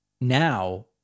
now